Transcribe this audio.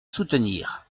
soutenir